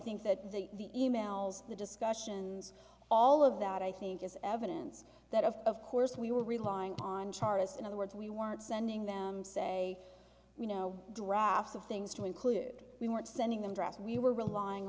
think that the e mails the discussions all of that i think is evidence that of course we were relying on chartist in other words we weren't sending them say you know drafts of things to include we weren't sending them dress we were relying